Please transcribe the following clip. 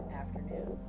afternoon